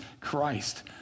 Christ